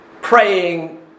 praying